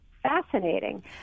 fascinating